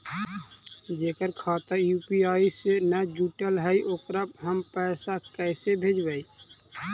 जेकर खाता यु.पी.आई से न जुटल हइ ओकरा हम पैसा कैसे भेजबइ?